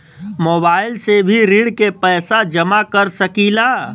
Mobile से भी ऋण के पैसा जमा कर सकी ला?